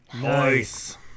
Nice